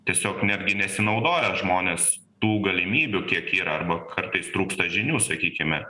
tiesiog netgi nesinaudoja žmonės tų galimybių kiek yra arba kartais trūksta žinių sakykime